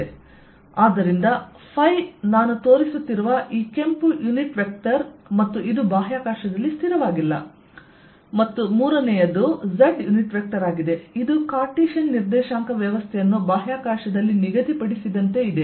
ಆದ್ದರಿಂದ ಫೈ ನಾನು ತೋರಿಸುತ್ತಿರುವ ಈ ಕೆಂಪು ಯುನಿಟ್ ವೆಕ್ಟರ್ ಮತ್ತು ಇದು ಬಾಹ್ಯಾಕಾಶದಲ್ಲಿ ಸ್ಥಿರವಾಗಿಲ್ಲ ಮತ್ತು 3 ನೇಯದು Z ಯುನಿಟ್ ವೆಕ್ಟರ್ ಆಗಿದೆ ಇದು ಕಾರ್ಟಿಸಿಯನ್ ನಿರ್ದೇಶಾಂಕ ವ್ಯವಸ್ಥೆಯನ್ನು ಬಾಹ್ಯಾಕಾಶದಲ್ಲಿ ನಿಗದಿಪಡಿಸಿದಂತೆ ಇದೆ